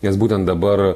nes būtent dabar